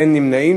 אין נמנעים.